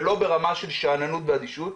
ולא ברמה של שאננות ואדישות,